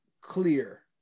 clear